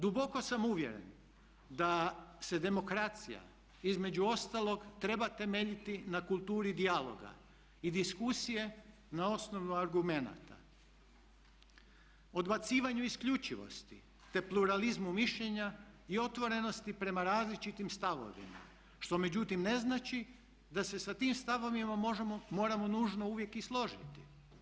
Duboko sam uvjeren da se demokracija između ostalog treba temeljiti na kulturi dijaloga i diskusije, na osnovu argumenata, odbacivanju isključivosti te pluralizmu mišljenja i otvorenosti prema različitim stavovima što međutim ne znači da se sa tim stavovima možemo, moramo nužno uvijek i složiti.